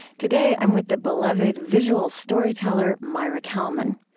today, i'm with the beloved visual storyteller maira kalman.